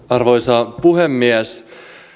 arvoisa puhemies